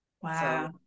Wow